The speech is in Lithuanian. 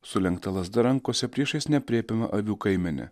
sulenkta lazda rankose priešais neaprėpiamą avių kaimenę